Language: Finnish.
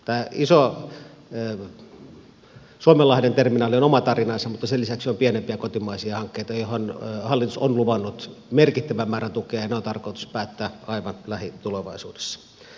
iso suomenlahden terminaali on oma asiansa mutta sen lisäksi on pienempiä kotimaisia hankkeita joihin hallitus on luvannut merkittävän määrän tukea ja ne on tarkoitus päättää aivan lähitulevaisuudessa